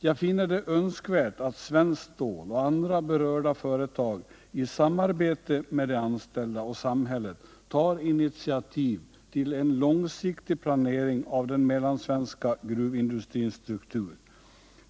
Jag finner det önskvärt att Svenskt Stål och andra berörda företag i samarbete med de anställda och samhället tar initiativ till en långsiktig planering av den mellansvenska gruvindustrins struktur.